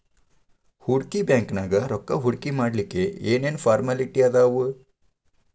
ಹೂಡ್ಕಿ ಬ್ಯಾಂಕ್ನ್ಯಾಗ್ ರೊಕ್ಕಾ ಹೂಡ್ಕಿಮಾಡ್ಲಿಕ್ಕೆ ಏನ್ ಏನ್ ಫಾರ್ಮ್ಯಲಿಟಿ ಅದಾವ?